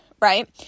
right